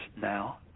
now